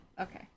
Okay